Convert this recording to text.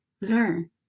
learn